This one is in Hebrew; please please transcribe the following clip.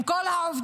עם כל העובדים,